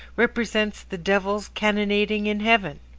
represents the devils cannonading in heaven?